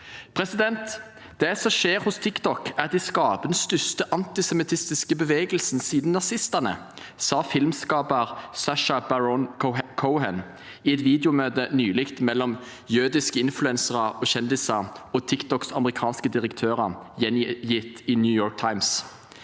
politikere. – Det som skjer på TikTok, er at de skaper den største antisemittiske bevegelsen siden nazistene, sa filmskaper Sacha Baron Cohen nylig i et videomøte mellom jødiske influensere og kjendiser og TikToks amerikanske direktører, gjengitt i New York Times.